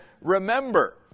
remember